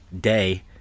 day